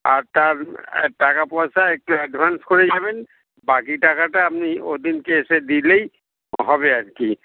আর তার টাকা পয়সা একটু অ্যাডভান্স করে যাবেন বাকি টাকাটা আপনি ওদিনকে এসে দিলেই হবে আর কি